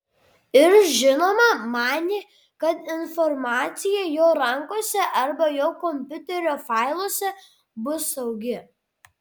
ir žinoma manė kad informacija jo rankose arba jo kompiuterio failuose bus saugi